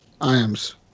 Iams